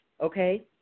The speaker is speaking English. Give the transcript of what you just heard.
okay